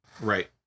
Right